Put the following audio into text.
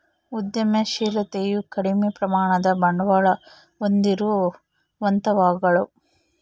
ಉದ್ಯಮಶಿಲತೆಯು ಕಡಿಮೆ ಪ್ರಮಾಣದ ಬಂಡವಾಳ ಹೊಂದಿರುವಂತವುಗಳು